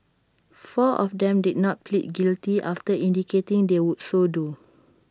four of them did not plead guilty after indicating they would so do